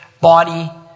body